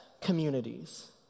communities